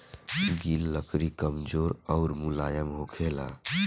गिल लकड़ी कमजोर अउर मुलायम होखेला